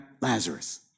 Lazarus